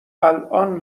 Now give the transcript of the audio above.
الان